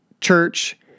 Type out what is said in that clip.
Church